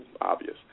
obvious